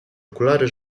okulary